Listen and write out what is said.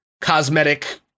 cosmetic